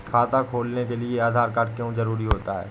खाता खोलने के लिए आधार कार्ड क्यो जरूरी होता है?